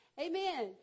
Amen